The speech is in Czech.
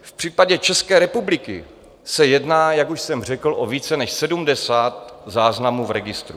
V případě České republiky se jedná, jak už jsem řekl, o více než sedmdesát záznamů v registru.